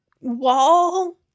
wall